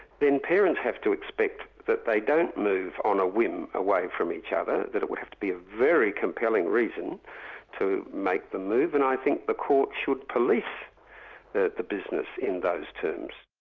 then parents have to expect that they don't move on a whim away from each other, that it would have to be a very compelling reason to make the move, and i think the courts should police the business in those terms.